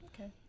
okay